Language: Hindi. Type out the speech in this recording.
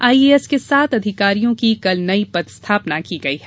आईएएस के सात अधिकारियों की कल नई पदस्थापना की गई है